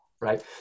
right